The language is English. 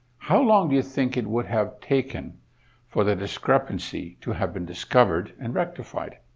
how long do you think it would have taken for the discrepancy to have been discovered and rectified?